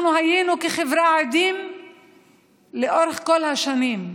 אנחנו כחברה היינו עדים לכך לאורך כל השנים,